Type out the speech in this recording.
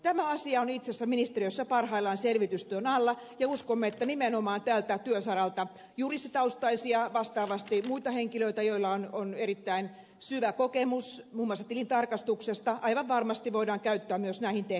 tämä asia on itse asiassa ministeriössä parhaillaan selvitystyön alla ja uskomme että nimenomaan tältä työsaralta juristitaustaisia vastaavasti muita henkilöitä joilla on erittäin syvä kokemus muun muassa tilintarkastuksesta aivan varmasti voidaan käyttää myös näihin tehtäviin